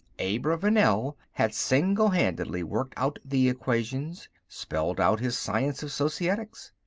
abravanel had singlehandedly worked out the equations, spelled out his science of societics.